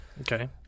Okay